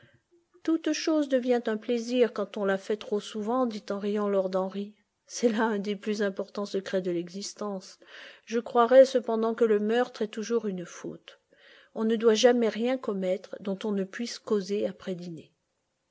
toute chose devient un plaisir quand on la fait trop souvent dit en riant lord henry c'est là un des plus importants secrets de l'existence je croirais cependant que le meurtre est toujours une faute on ne doit jamais rien commettre dont on ne puisse causer après dîner